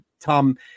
Tom